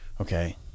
Okay